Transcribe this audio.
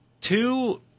two